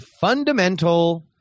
fundamental